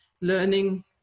learning